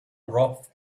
rough